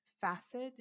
facet